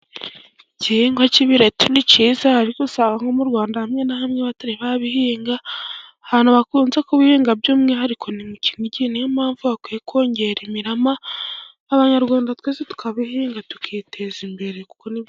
Igihingwa cy'ibireti ni cyiza ariko usanga mu Rwanda hamwe na hamwe batari babihinga, ahantu bakunze kubihin by'umwihariko ni mu Kinigi, ni yo mpamvu bakwiye kongera imirama abanyarwanda twese tukabihinga, tukiteza imbere kuko ni....